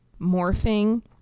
morphing